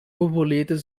borboleta